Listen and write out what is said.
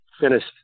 finished